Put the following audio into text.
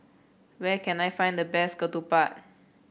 where can I find the best ketupat